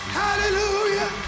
hallelujah